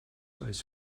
als